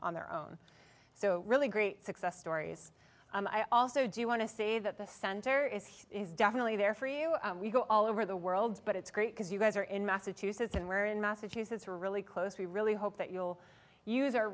on their own so really great success stories i also do you want to say that the center is he is definitely there for you we go all over the world but it's great because you guys are in massachusetts and we're in massachusetts we're really close we really hope that you'll use our